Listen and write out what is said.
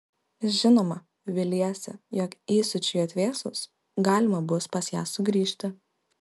žinoma viliesi jog įsiūčiui atvėsus galima bus pas ją sugrįžti